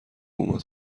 اومد